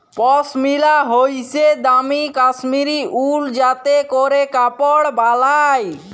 পশমিলা হইসে দামি কাশ্মীরি উল যাতে ক্যরে কাপড় বালায়